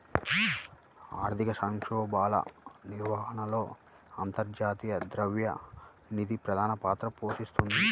ఆర్థిక సంక్షోభాల నిర్వహణలో అంతర్జాతీయ ద్రవ్య నిధి ప్రధాన పాత్ర పోషిస్తోంది